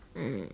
mm